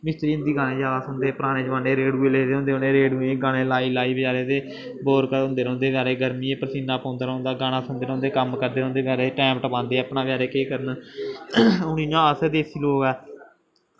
मिस्तरी हिन्दी गाने जादा सुनदे पराने जमान्ने दे रेडूए ले दे होंदे उ'नें रेडूए च गाने लाई लाई बचैरे ते बोर होंदे रौंह्दे बचैरे गर्मियै च परसीना पौंदा रौंह्दा गाना सुनदे रौंह्दे कम्म करदे रौंह्दे बचैरे टैम टपांदे अपना बचैरे केह् करना हून जियां अस देसी लोक ऐ